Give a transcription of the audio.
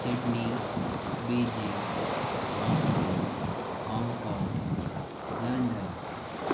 Sydney Beijing Moscow Hong Kong London